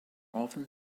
often